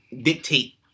dictate